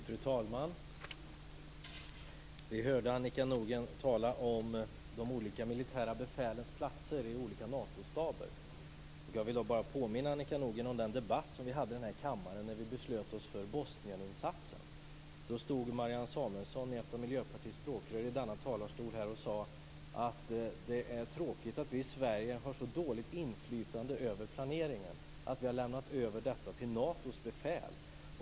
Fru talman! Vi hörde Annika Nordgren tala om de olika militära befälens platser i olika Natostaber. Jag vill bara påminna Annika Nordgren om den debatt som vi hade i kammaren när vi beslöt oss för Bosnieninsatsen. Då stod Marianne Samuelsson, ett av Miljöpartiets språkrör, i denna talarstol och sade att det är tråkigt att vi i Sverige har så dåligt inflytande över planeringen, att vi lämnat över detta till Natos befäl.